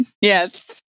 Yes